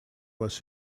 was